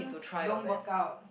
don't work out